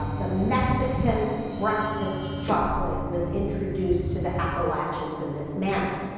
ah the mexican breakfast chocolate was introduced to the appalachians in this manner.